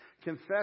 Confess